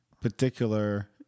particular